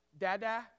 dada